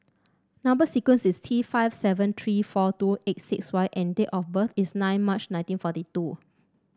number sequence is T five seven three four two eight six Y and date of birth is nine March nineteen forty two